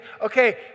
okay